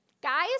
Guys